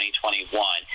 2021